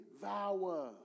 devour